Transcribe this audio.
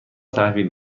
تحویل